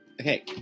Okay